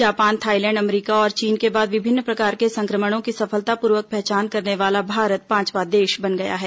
Japan Thailand अमरीका और चीन के बाद विभिन्न प्रकार के संक्रमणों की सफलतापूर्वक पहचान करने वाला भारत पांचवां देश बन गया है